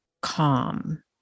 calm